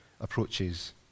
approaches